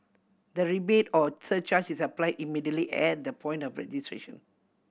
the rebate or surcharge is apply immediately at the point of registration